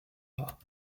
war